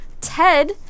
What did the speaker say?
Ted